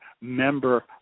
member